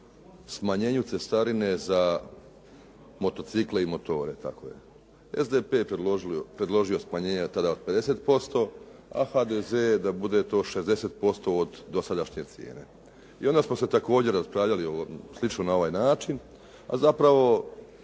smanjenju cestarine za motocikle i motore, tako je. SDP je predložio smanjenje tada od 50%, a HDZ da bude to 60% od dosadašnje cijene. I onda smo se također raspravljali slično na ovaj način a zapravo